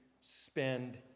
spend